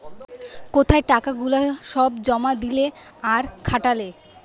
কোথায় টাকা গুলা সব জমা দিলে আর খাটালে